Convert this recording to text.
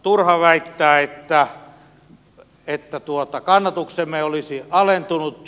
turha väittää että kannatuksemme olisi alentunut